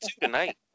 tonight